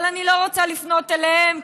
אבל אני לא רוצה לפנות אליהם,